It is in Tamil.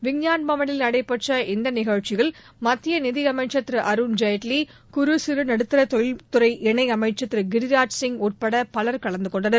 விஞ்ஞான்பவளில் நடைபெற்ற இந்த நிகழ்ச்சியில் மத்திய நிதியமைச்சர் திரு அருண் ஜேட்லி குறு சிறு நடுத்தர தொழில்துறை இணை அமைச்சர் திரு கிரிராஜ் சிங் உட்பட பவர் கலந்துகொண்டனர்